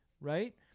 right